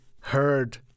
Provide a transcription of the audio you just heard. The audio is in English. heard